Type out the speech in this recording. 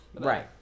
right